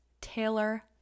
taylor